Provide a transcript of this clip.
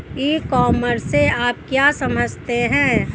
ई commerce से आप क्या समझते हैं?